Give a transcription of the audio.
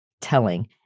telling